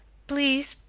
please,